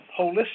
holistic